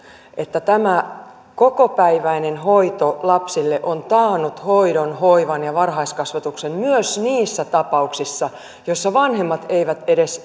että tämä kokopäiväinen hoito lapsille on taannut hoidon hoivan ja varhaiskasvatuksen myös niissä tapauksissa joissa vanhemmat eivät edes